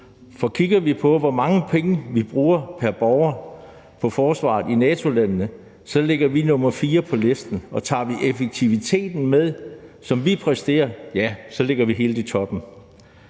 For kigger vi på, hvor mange penge der bruges pr. borger på forsvaret blandt NATO-landene, ligger vi nr. 4 på listen, og tager vi effektiviteten med, som vi præsterer, ja, så ligger vi helt i toppen.